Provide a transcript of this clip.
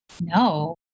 no